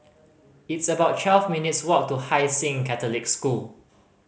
it's about twelve minutes' walk to Hai Sing Catholic School